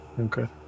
Okay